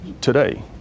today